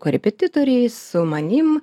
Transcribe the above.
korepetitoriais su manim